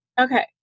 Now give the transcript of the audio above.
okay